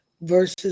versus